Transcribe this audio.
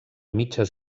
mitges